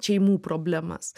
šeimų problemas